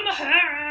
hair out,